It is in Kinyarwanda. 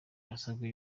yarasabwe